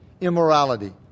immorality